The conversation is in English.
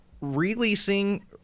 releasing